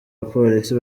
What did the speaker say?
bapolisi